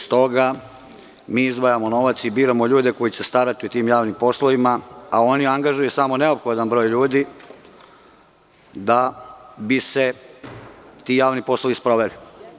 Stoga, mi izdvajamo novac i biramo ljude koji će se starati o tim javnim poslovima, a oni angažuju samo neophodan broj ljudi da bi se ti javni poslovi sproveli.